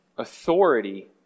Authority